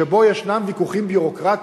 שבו ישנם ויכוחים ביורוקרטיים,